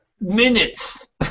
minutes